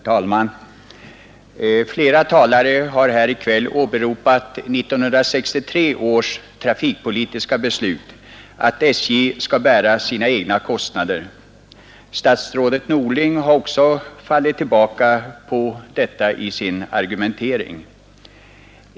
Herr talman! Flera talare har här i kväll åberopat 1963 års trafikpolitiska beslut att SJ skall bära sina egna kostnader. Statsrådet Norling har också fallit tillbaka på detta i sin argumentering.